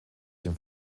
dem